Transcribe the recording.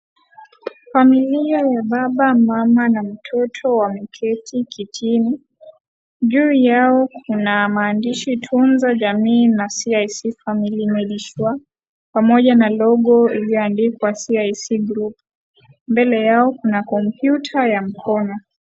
Familia ya baba, mama na mtoto wameketi kitini juu yao kuna maandishi tunza jamii na CIC Family medisure pamoja na logo yaliyoandikwa CIC group mbele yao kuna kompyuta ya mkono.